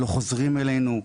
לא חוזרים אלינו,